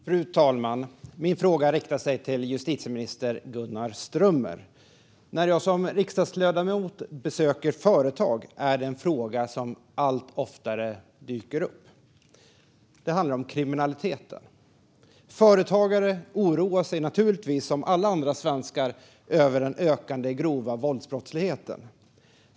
Fru talman! Min fråga riktas till justitieminister Gunnar Strömmer. När jag som riksdagsledamot besöker företag är det en fråga som allt oftare dyker upp. Den handlar om kriminaliteten. Företagare oroar sig naturligtvis, precis som alla andra svenskar, över den ökande grova våldsbrottsligheten.